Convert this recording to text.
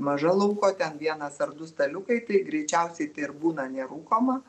maža lauko ten vienas ar du staliukai tai greičiausiai tai ir būna nerūkoma